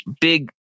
big